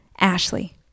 Ashley